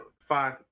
Fine